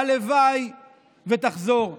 הלוואי שתחזור.